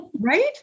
Right